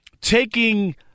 taking